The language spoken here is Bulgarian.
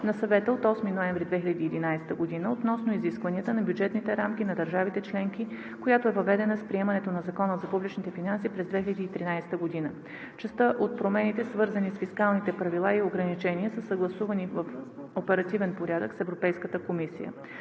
на Съвета от 8 ноември 2011 г. относно изискванията на бюджетните рамки на държавите членки, която е въведена с приемането на Закона за публичните финанси през 2013 г. Частта от промените, свързани с фискалните правила и ограничения, са съгласувани в оперативен порядък с Европейската комисия.